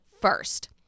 first